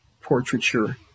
portraiture